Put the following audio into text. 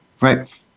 Right